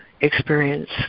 experience